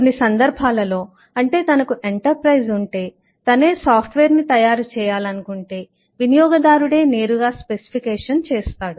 కొన్ని సందర్భాలలో అంటే తనకు ఎంటర్ప్రైస్ ఉంటే తనే సాఫ్ట్ వేర్ ని తయారు చేయాలనుకుంటే వినియోగదారుడే నేరుగా స్పెసిఫికేషన్ చేస్తాడు